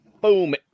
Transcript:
Boom